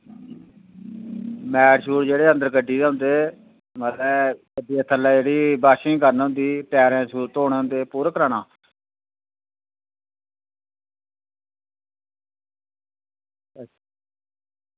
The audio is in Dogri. मैट जेह्ड़े गड्डी च अंदर होंदे ते गड्डी दे थल्लै जेह्ड़ी वाशिंग करनी होंदी टॉयर धोना होंदे पूरा कराना